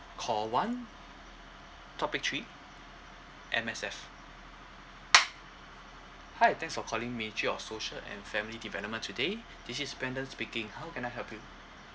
call one topic three M_S_F hi thanks for calling ministry of social and family development today this is brandon speaking how can I help you